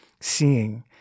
seeing